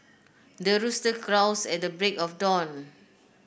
the rooster crows at the break of dawn